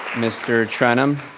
mr. trenum.